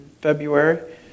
February